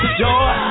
joy